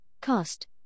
Cost